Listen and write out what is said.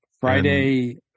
Friday